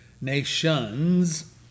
Nations